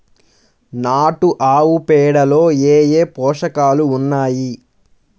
నాటు ఆవుపేడలో ఏ ఏ పోషకాలు ఉన్నాయి?